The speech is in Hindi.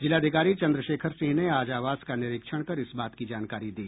जिलाधिकारी चंद्रशेखर सिंह ने आज आवास का निरीक्षण कर इस बात की जानकारी दी